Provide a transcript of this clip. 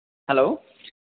hello